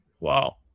Wow